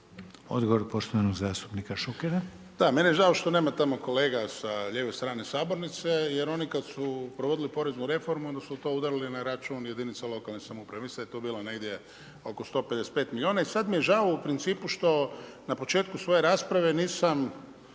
Odgovor poštovanog zastupnika Šukera. **Šuker, Ivan (HDZ)** Da, meni je žao što nema tamo kolega sa lijeve strane sabornice, jer oni kada su provodili poreznu reformu, onda su to udarili na račun jedinice lokalne samouprave. Mislim da je tu bilo negdje oko 155 milijuna i sada mi je žao u principu, što na početku svoje rasprave, nisam